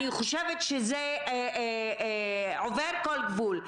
אני חושבת שזה עובר כל גבול.